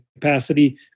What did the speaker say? capacity